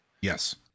Yes